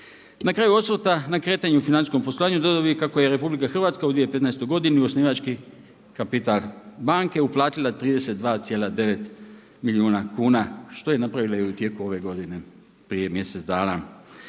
Na kraju osvrta na kretanju u financijskom poslovanju dodao bih kako je RH u 2015. u osnivački kapital banke uplatila 32,9 milijuna kuna što je napravila i u tijeku ove godine prije mjesec dana.